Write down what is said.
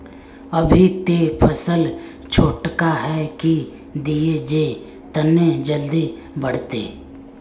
अभी ते फसल छोटका है की दिये जे तने जल्दी बढ़ते?